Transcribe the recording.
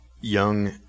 young